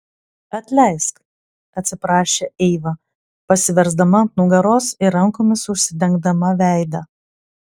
atleisk atsiprašė eiva pasiversdama ant nugaros ir rankomis užsidengdama veidą